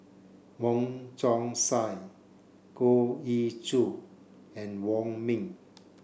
Wong Chong Sai Goh Ee Choo and Wong Ming